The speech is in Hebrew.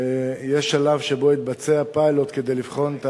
יהיה שלב שבו יתבצע פיילוט כדי לבחון את